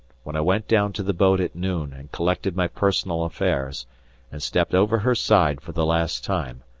when i went down to the boat at noon and collected my personal affairs and stepped over her side for the last time,